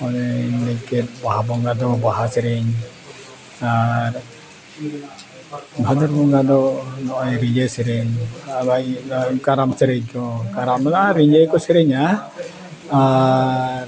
ᱚᱱᱮᱧ ᱞᱟᱹᱭᱠᱮᱫ ᱵᱟᱦᱟ ᱵᱚᱸᱜᱟ ᱫᱚ ᱵᱟᱦᱟ ᱥᱮᱨᱮᱧ ᱟᱨ ᱵᱷᱟᱫᱚᱨ ᱵᱚᱸᱜᱟ ᱫᱚ ᱱᱚᱜᱼᱚᱸᱭ ᱨᱤᱡᱷᱟᱹ ᱥᱮᱨᱮᱧ ᱠᱟᱨᱟᱢ ᱥᱮᱨᱮᱧ ᱠᱚ ᱠᱟᱨᱟᱢ ᱨᱤᱡᱷᱟᱹ ᱠᱚ ᱥᱮᱨᱮᱧᱟ ᱟᱨ